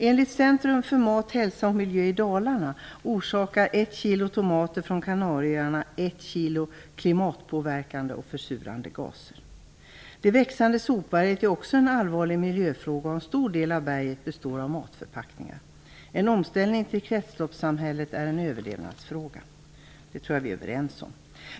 Enligt centrum för mat, hälsa och miljö i Dalarna orsakar 1 kg tomater från Kanarieöarna 1 kg klimatpåverkande och försurande gaser. Det växande sopberget utgör också en allvarlig miljöfråga, och en stor del av berget består av matförpackningar. En omställning till kretsloppssamhället är en överlevnadsfråga, och det tror jag att vi är överens om.